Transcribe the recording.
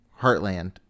Heartland